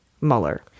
Mueller